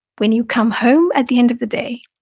when you come home at the end of the day,